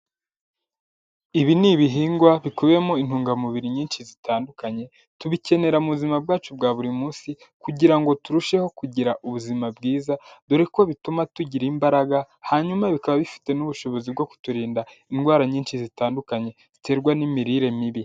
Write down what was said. Ibi ni ibihingwa bikubiyemo intungamubiri nyinshi zitandukanye, tubikenera mu buzima bwacu bwa buri munsi kugira ngo turusheho kugira ubuzima bwiza, dore ko bituma tugira imbaraga hanyuma bikaba bifite n'ubushobozi bwo kuturinda indwara nyinshi zitandukanye ziterwa n'imirire mibi.